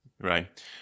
Right